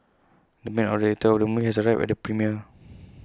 the main actor of the movie has arrived at the premiere